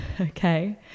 Okay